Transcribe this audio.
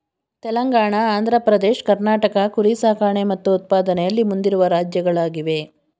ತೆಲಂಗಾಣ ಆಂಧ್ರ ಪ್ರದೇಶ್ ಕರ್ನಾಟಕ ಕುರಿ ಸಾಕಣೆ ಮತ್ತು ಉತ್ಪಾದನೆಯಲ್ಲಿ ಮುಂದಿರುವ ರಾಜ್ಯಗಳಾಗಿವೆ